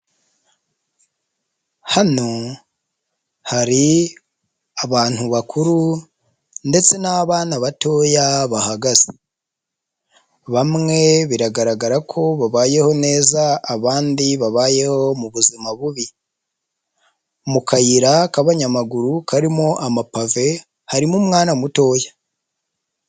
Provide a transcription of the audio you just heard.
Hano hari abantu bakuru ndetse n'abana batoya bahagaze, bamwe biragaragara ko babaye neza abandi babayeho mu buzima bubi, mu kayira k'abanyamaguru karimo amapave, harimo umwana mutoya.